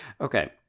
Okay